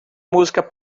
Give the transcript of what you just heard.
música